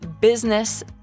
business